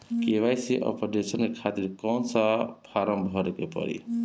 KYC updation के खातिर कौन सा फारम भरे के पड़ी?